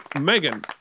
Megan